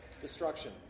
destruction